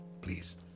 please